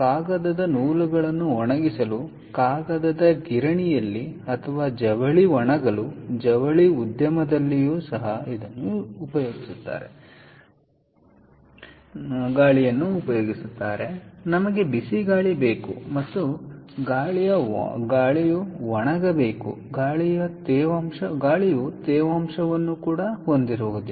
ಕಾಗದದ ನೂಲುಗಳನ್ನು ಒಣಗಿಸಲು ಕಾಗದದ ಗಿರಣಿ ಅಥವಾ ಜವಳಿ ಒಣಗಲು ಜವಳಿಯ ಗಿರಣಿ ಸಹ ನಮಗೆ ಬೇಕು ನಾವು ಗಾಳಿಯನ್ನು ಒಣಗಿಸುವ ಬಗ್ಗೆ ಮಾತನಾಡುತ್ತಿದ್ದರೆ ನಮಗೆ ಬಿಸಿ ಗಾಳಿ ಬೇಕು ಮತ್ತು ಗಾಳಿಯು ಒಣಗಬೇಕು ನಂತರ ಗಾಳಿಯು ತೇವಾಂಶವನ್ನು ಹೊಂದಿರುವುದಿಲ್ಲ